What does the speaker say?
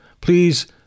Please